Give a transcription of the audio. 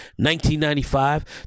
1995